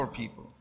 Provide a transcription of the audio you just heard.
people